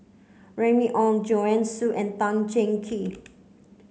Remy Ong Joanne Soo and Tan Cheng Kee